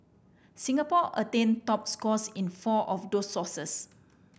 Singapore attained top scores in four of those sources